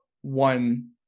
one